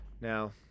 Now